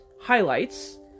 highlights